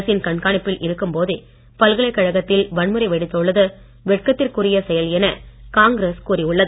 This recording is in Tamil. அரசின் கண்காணிப்பில் இருக்கும் போதே பல்கலைக்கழகத்தில் வன்முறை வெடித்துள்ளது வெட்கத்திற்குரிய செயல் என காங்கிரஸ் கூறியுள்ளது